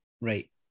Right